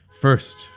First